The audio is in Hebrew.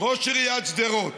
ראש עיריית שדרות